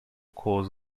cause